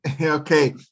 Okay